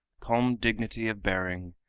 calm dignity of bearing,